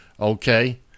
Okay